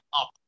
up